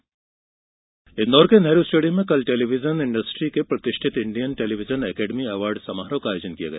award समारोह इंदौर के Nehru stadium में कल टेलीविजन इंडस्ट्रीज के प्रतिष्ठित इंडियन टेलीविजन एकेडमी अवार्ड समारोह का आयोजन किया गया